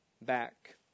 back